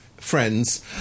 Friends